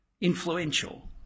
influential